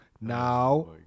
Now